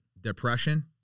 depression